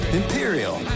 imperial